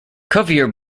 cuvier